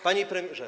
Panie Premierze!